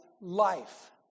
life